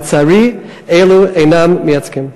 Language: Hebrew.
ולצערי אלו אינם מייצגים.